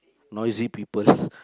noisy people